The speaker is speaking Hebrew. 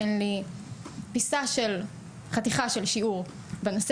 אין לי פיסה של חתיכה של שיעור בנושא